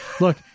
Look